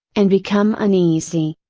and become uneasy.